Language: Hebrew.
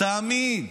תמיד